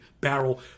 barrel